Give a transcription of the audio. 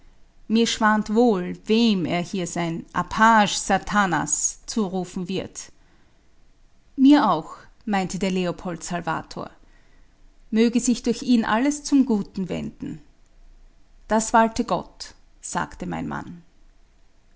mir schwant wohl wem er hier sein apage satanas zurufen wird mir auch meinte der leopold salvator möge sich durch ihn alles zum guten wenden das walte gott sagte mein mann